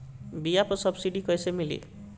बीया पर सब्सिडी कैसे मिली?